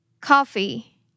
coffee